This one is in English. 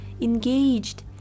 engaged